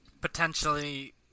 potentially